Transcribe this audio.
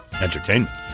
Entertainment